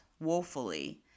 woefully